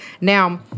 Now